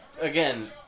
again